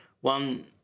One